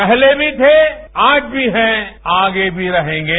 पहले भी थे आज भी हैं आगे भी रहेंगे